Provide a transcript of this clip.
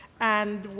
and,